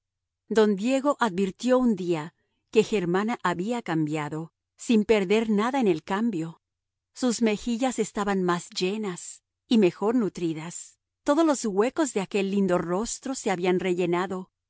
don diego advirtió un día que germana había cambiado sin perder nada en el cambio sus mejillas estaban más llenas y mejor nutridas todos los huecos de aquel lindo rostro se iban rellenando